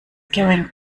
going